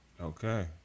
Okay